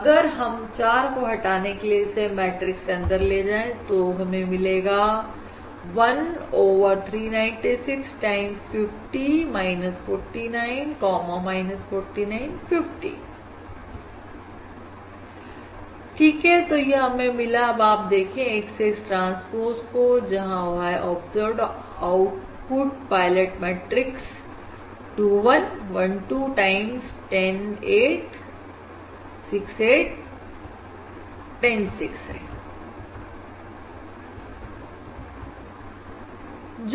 अगर हम 4 को हटाने के लिए इसे मैट्रिक्स के अंदर ले जाएं जो हमें मिलेगा 1 ओवर 396 टाइम्स 50 49 49 50 ठीक है तो यह हमें मिला अब आप देखें Y X ट्रांसपोज को जहां Y observed output pilot matrix 2 1 1 2 time 10 8 6 8 10 6 है